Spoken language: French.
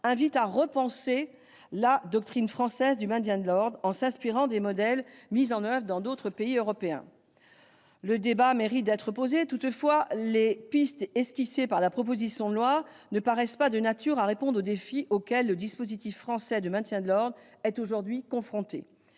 invitent à repenser la doctrine française du maintien de l'ordre, en s'inspirant des modèles mis en oeuvre dans d'autres pays européens. Le débat mérite d'être posé. Toutefois, les pistes esquissées par la proposition de loi ne paraissent pas de nature à répondre aux défis auxquels le dispositif français de maintien de l'ordre est aujourd'hui confronté.